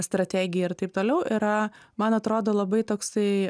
strategija ir taip toliau yra man atrodo labai toksai